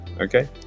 Okay